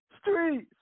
Streets